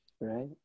Right